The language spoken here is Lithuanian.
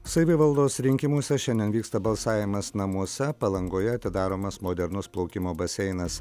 savivaldos rinkimuose šiandien vyksta balsavimas namuose palangoje atidaromas modernus plaukimo baseinas